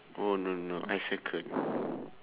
oh no no I circle